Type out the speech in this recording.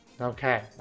Okay